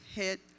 hit